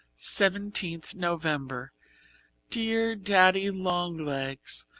seventeenth november dear daddy-long-legs,